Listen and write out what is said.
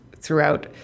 throughout